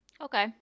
Okay